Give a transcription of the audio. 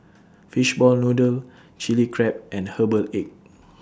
Fishball Noodle Chilli Crab and Herbal Egg